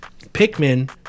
Pikmin